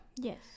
Yes